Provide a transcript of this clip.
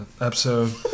episode